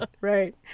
right